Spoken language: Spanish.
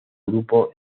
grupo